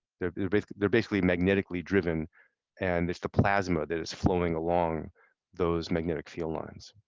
they're basically they're basically magnetically driven and it's the plasma that is flowing along those magnetic field lines.